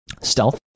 stealth